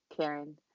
Karen